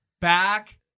back